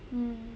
mm